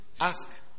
Ask